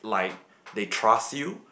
like they trust you